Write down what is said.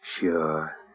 Sure